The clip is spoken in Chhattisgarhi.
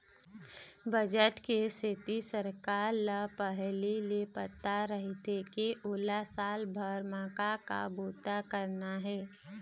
बजट के सेती सरकार ल पहिली ले पता रहिथे के ओला साल भर म का का बूता करना हे